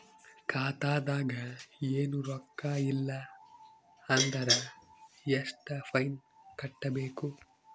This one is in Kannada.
ಖಾತಾದಾಗ ಏನು ರೊಕ್ಕ ಇಲ್ಲ ಅಂದರ ಎಷ್ಟ ಫೈನ್ ಕಟ್ಟಬೇಕು?